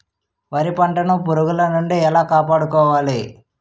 వరి పంటను పురుగుల నుండి ఎలా కాపాడుకోవాలి?